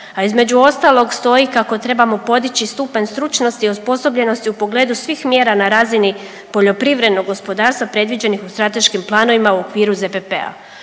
a između ostalog stoji kao trebamo podići stupanj stručnosti i osposobljenosti u pogledu svih mjera na razini poljoprivrednog gospodarstva predviđenih u strateškim planovima u okviru ZPP-a